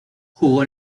jugó